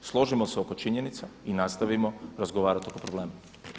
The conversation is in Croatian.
Složimo se oko činjenica i nastavimo razgovarati oko problema.